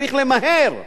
צריך למהר,